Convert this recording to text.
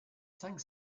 cinq